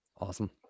awesome